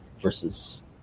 versus